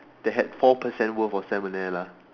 that had four percent worth of salmonella